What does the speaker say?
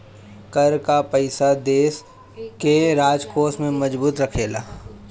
कर कअ पईसा देस के राजकोष के मजबूत रखेला